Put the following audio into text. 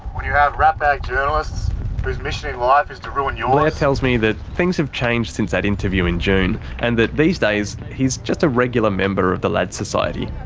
when you have ratbag journalists whose mission in life is to ruin yours. blair tells me that things have changed since that interview in june and that these days he's just a regular member of the lads society.